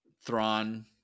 Thrawn